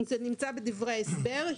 זה נמצא בדברי ההסבר.